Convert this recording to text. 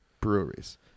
breweries